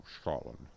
Scotland